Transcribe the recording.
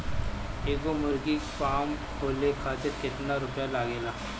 एगो मुर्गी फाम खोले खातिर केतना रुपया लागेला?